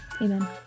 amen